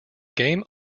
game